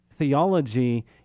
theology